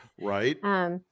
Right